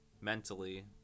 mentally